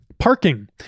Parking